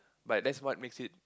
but that's what makes it